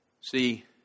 See